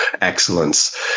excellence